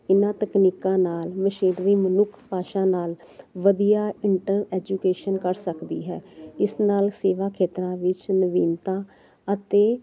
ਇਹਨਾਂ ਤਕਨੀਕਾਂ ਨਾਲ ਮਸ਼ੀਨਰੀ ਮਨੁੱਖ ਭਾਸ਼ਾ ਨਾਲ ਵਧੀਆ ਇੰਟਰ ਐਜੂਕੇਸ਼ਨ ਕਰ ਸਕਦੀ ਹੈ ਇਸ ਨਾਲ ਸੇਵਾ ਖੇਤਰਾਂ ਵਿੱਚ ਨਵੀਨਤਾ ਅਤੇ